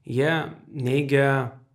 jie neigia